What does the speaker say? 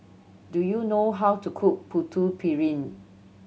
do you know how to cook Putu Piring